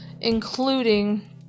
including